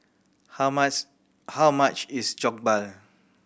how mass how much is Jokbal